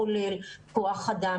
כולל כוח אדם,